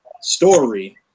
story